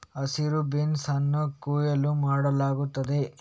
ಹಸಿರು ಬೀನ್ಸ್ ಅನ್ನು ಕೊಯ್ಲು ಮಾಡಲಾಗುತ್ತದೆ